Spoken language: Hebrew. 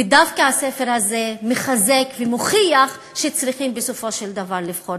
ודווקא הספר הזה מחזק ומוכיח שצריכים בסופו של דבר לבחור,